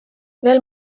veel